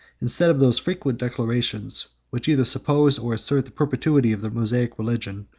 instead of those frequent declarations, which either suppose or assert the perpetuity of the mosaic religion,